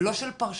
ולא של פרשנים,